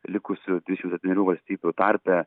likusių dvidešimt septynerių valstybių tarpe